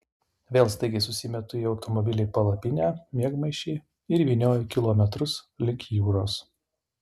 vėl staigiai susimetu į automobilį palapinę miegmaišį ir vynioju kilometrus link jūros